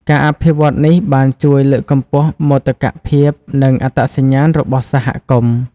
ការអភិវឌ្ឍន៍នេះបានជួយលើកកម្ពស់មោទកភាពនិងអត្តសញ្ញាណរបស់សហគមន៍។